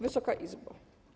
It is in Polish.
Wysoka Izbo!